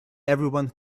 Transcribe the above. everyone